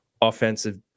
offensive